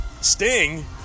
Sting